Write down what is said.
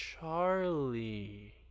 Charlie